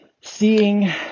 seeing